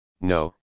no